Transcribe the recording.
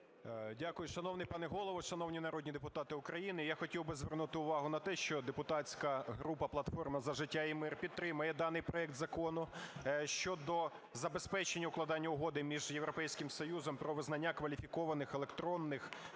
Дякую. Шановний пане Голово, шановні народні депутати України! Я хотів би звернути увагу на те, що депутатська група "Платформа за життя і мир" підтримає даний проект Закону щодо забезпечення укладення угоди між Європейським Союзом про визнання кваліфікованих електронних